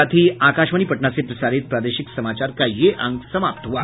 इसके साथ ही आकाशवाणी पटना से प्रसारित प्रादेशिक समाचार का ये अंक समाप्त हुआ